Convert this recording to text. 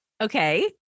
Okay